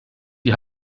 die